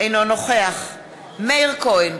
אינו נוכח מאיר כהן,